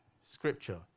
scripture